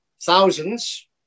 thousands